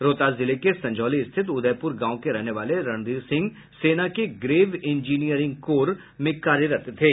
रोहतास जिले के संझौली स्थित उदयपुर गांव के रहने वाले रणधीर सिंह सेना के ग्रेव इंजीनियरिंग कोर में कार्यरत थे